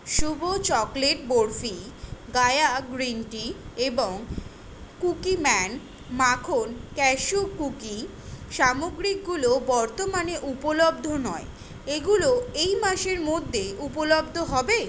শুভ chocolate barfi Gaia green tea এবং Cookieman মাখন cashew cookie সামগ্রীগুলো বর্তমানে উপলব্ধ নয় এগুলো এই মাসের মধ্যে উপলব্ধ হবে